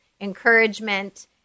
encouragement